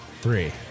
Three